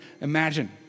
imagine